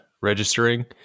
registering